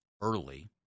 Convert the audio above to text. early